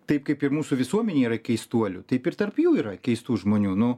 taip kaip ir mūsų visuomenėj yra keistuolių taip ir tarp jų yra keistų žmonių nu